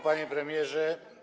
Panie Premierze!